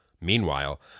Meanwhile